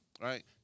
Right